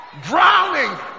drowning